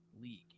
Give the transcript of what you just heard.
league